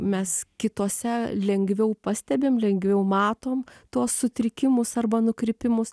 mes kituose lengviau pastebim lengviau matom tuos sutrikimus arba nukrypimus